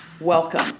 Welcome